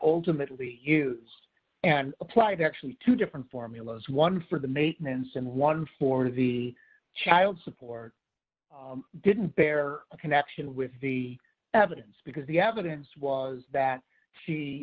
ultimately used and applied actually two different formulas one for the maintenance and one for the child support didn't bear a connection with the evidence because the evidence was that she